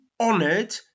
honoured